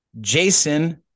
Jason